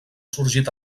sorgit